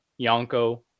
yonko